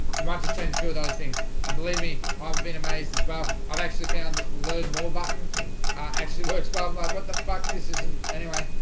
you might just change few of those things and believe me. i've been amazed as well i've actually found that learn more button actually works. well what the fuck this isn't anyway,